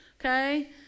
Okay